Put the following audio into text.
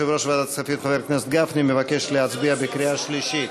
יושב-ראש ועדת הכספים חבר הכנסת גפני מבקש שנצביע בקריאה שלישית.